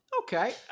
okay